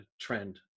trend